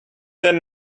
than